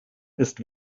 ist